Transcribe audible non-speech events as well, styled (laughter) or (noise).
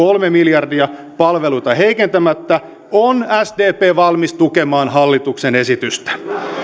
(unintelligible) kolme miljardia palveluita heikentämättä on sdp valmis tukemaan hallituksen esitystä